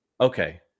Okay